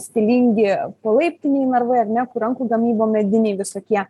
stilingi polaiptiniai narvai ar ne rankų gamyba mediniai visokie